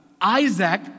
Isaac